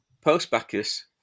Post-Bacchus